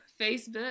Facebook